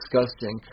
disgusting